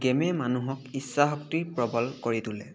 গেমে মানুহক ইচ্ছা শক্তি প্ৰবল কৰি তোলে